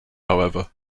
however